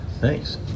Thanks